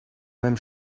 même